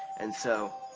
and, so,